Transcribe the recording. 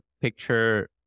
picture